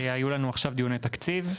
היו לנו עכשיו דיוני תקציב.